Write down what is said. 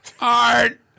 ART